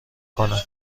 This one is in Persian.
کنن